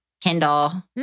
Kindle